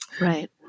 Right